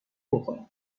بخورم